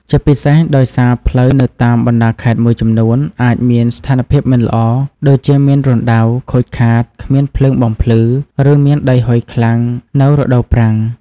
ជាពិសេសដោយសារផ្លូវនៅតាមបណ្ដាខេត្តមួយចំនួនអាចមាន ស្ថានភាពមិនល្អ ដូចជាមានរណ្ដៅ ខូចខាត គ្មានភ្លើងបំភ្លឺ ឬមានដីហុយខ្លាំងនៅរដូវប្រាំង។